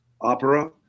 opera